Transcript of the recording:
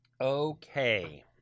Okay